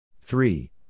Three